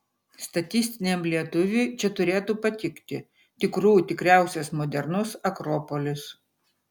statistiniam lietuviui čia turėtų patikti tikrų tikriausias modernus akropolis